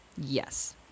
Yes